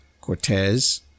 Cortez